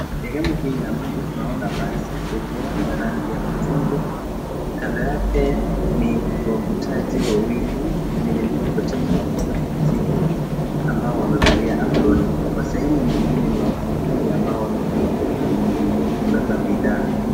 Sehemu hii ya mji tunaona basi kubwa la rangi ya machungwa. Kando yake ni wavutaji wawili wenye mkokoteni ulio na mizigo ambao wamevalia aproni. Kwa sehemu nyingine ni wafanyikazi ambao wamepumzika kubeba bidhaa.